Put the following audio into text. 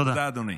תודה, אדוני.